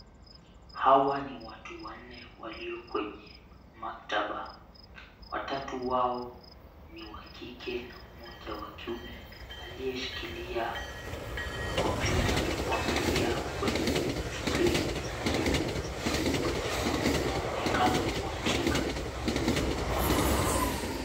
Hawa ni watu wanne walio kwenye maktaba. Watatu wao ni wa kike na mmoja wa kiume aliyeshikilia kompyuta na kuangalia kwenye skrini yake. Wengine wanaonekana kuandika.